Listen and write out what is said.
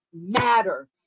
matter